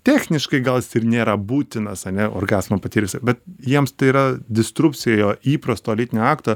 techniškai gal jis ir nėra būtinas ane orgazmą patirsi bet jiems tai yra distrupcija jo įprasto lytinio akto